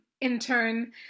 intern